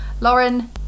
Lauren